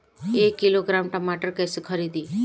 एक किलोग्राम टमाटर कैसे खरदी?